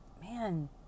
man